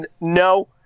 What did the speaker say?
no